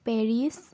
Paris